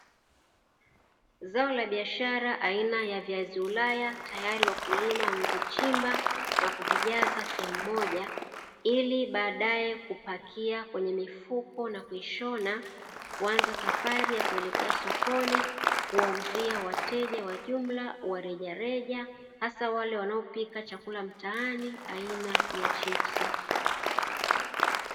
Zao la biashara aina ya viazi ulaya tayari wakulima wamevichimba na kuvijaza sehemu moja, ili baadaye kupakia kwenye mifuko na kuishona, kuanza safari ya kuelekea sokoni, kuwauzia wateja wa jumla wa rejareja, hasa wale wanaopika chakula mtaani aina ya chipsi.